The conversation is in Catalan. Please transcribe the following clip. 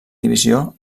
divisió